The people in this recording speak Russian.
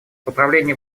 управление